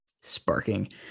sparking